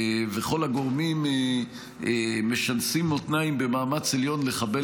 כל הגורמים משנסים מותניים במאמץ עליון לחבל